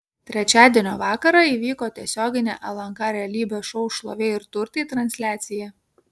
trečiadienio vakarą įvyko tiesioginė lnk realybės šou šlovė ir turtai transliacija